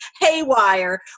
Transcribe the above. haywire